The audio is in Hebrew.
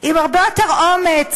עם הרבה יותר אומץ,